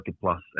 plus